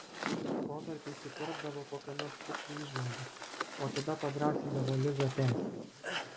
protarpiais įterpdavo kokią nors tikslią įžvalgą o tada padrąsindavo lizą tęsti